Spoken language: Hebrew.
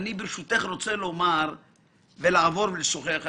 חושב שיש לך מקום יותר רציני בכל המערכת של הפיקוח על